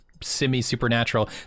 semi-supernatural